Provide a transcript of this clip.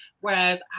Whereas